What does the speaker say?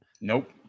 Nope